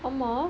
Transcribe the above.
ஆமா:aamaa